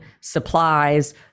supplies